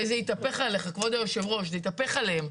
וזה התהפך עליך, כבוד יושב הראש, זה התהפך עליהם.